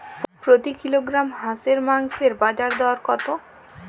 প্রতি কিলোগ্রাম হাঁসের মাংসের বাজার দর কত?